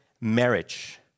marriage